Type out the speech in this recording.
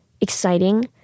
exciting